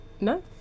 No